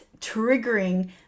triggering